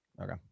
Okay